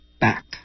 back